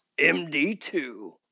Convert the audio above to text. MD2